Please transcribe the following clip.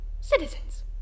Citizens